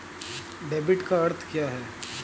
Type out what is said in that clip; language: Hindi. डेबिट का अर्थ क्या है?